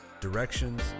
directions